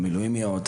המילואימיות,